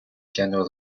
general